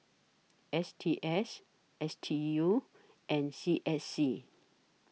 S T S S D U and C S C